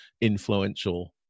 influential